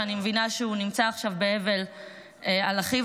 שאני מבינה שהוא נמצא עכשיו באבל על אחיו,